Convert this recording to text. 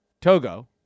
Togo